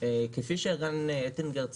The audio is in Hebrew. כפי שציין ערן אטינגר,